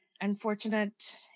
unfortunate